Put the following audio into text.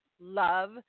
love